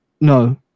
No